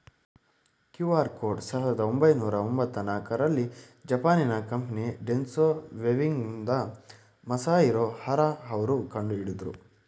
QR code ಸಾವಿರದ ಒಂಬೈನೂರ ತೊಂಬತ್ತ ನಾಲ್ಕುರಲ್ಲಿ ಜಪಾನಿನ ಕಂಪನಿ ಡೆನ್ಸೊ ವೇವ್ನಿಂದ ಮಸಾಹಿರೊ ಹರಾ ಅವ್ರು ಕಂಡುಹಿಡಿದ್ರು